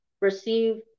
receive